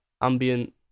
ambient